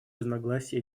разногласия